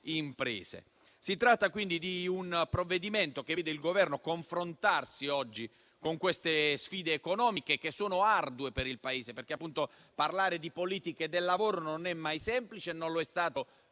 Si tratta quindi di un provvedimento che vede il Governo confrontarsi con queste sfide economiche che sono ardue per il Paese, perché parlare di politiche del lavoro non è mai semplice, non lo è mai